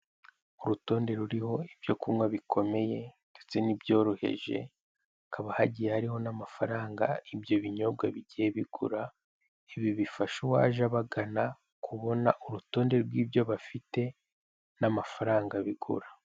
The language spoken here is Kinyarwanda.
Urutonde ruriho ibyo kunywa bikomeye ndetse n'ibyoroheje, hakaba hagiye hariho n'amafaranga ibyo binyobwa bigiye bigura, ibi bifasha uwaje abagana, kubona urutonde rw'ibyo bafite n'amafaranga bigura.